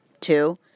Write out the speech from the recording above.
two